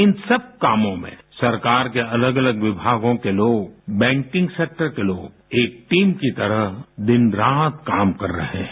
इन सब कामों में सरकार के अलग अलग विभागों के लोग बैंकिंग सेक्टर के लोग एक जमंउ की तरह दिन रात काम कर रहे हैं